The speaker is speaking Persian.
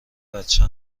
بچه